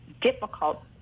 difficult